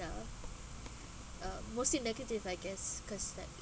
lah uh mostly negative I guess because like